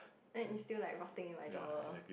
then it still like rotting in my drawer